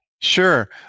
Sure